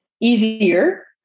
easier